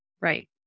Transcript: right